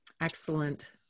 Excellent